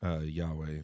Yahweh